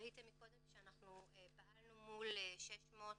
ראיתם קודם שפעלנו מול 658